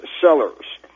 Sellers